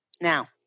Now